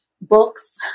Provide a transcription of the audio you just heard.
books